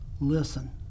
listen